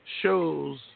shows